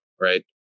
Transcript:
Right